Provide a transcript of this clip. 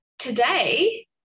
Today